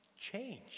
Change